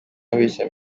abeshya